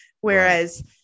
Whereas